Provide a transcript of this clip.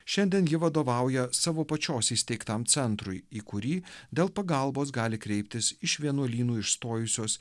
šiandien ji vadovauja savo pačios įsteigtam centrui į kurį dėl pagalbos gali kreiptis iš vienuolynų išstojusios